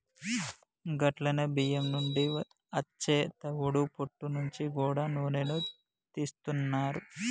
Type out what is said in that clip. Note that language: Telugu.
గట్లనే బియ్యం నుండి అచ్చే తవుడు పొట్టు నుంచి గూడా నూనెను తీస్తున్నారు